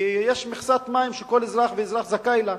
יש מכסת מים שכל אזרח ואזרח זכאי לה,